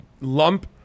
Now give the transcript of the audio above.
lump